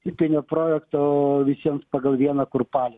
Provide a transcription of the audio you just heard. tipinio projekto visiems pagal vieną kurpalį